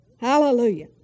Hallelujah